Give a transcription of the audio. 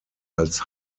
als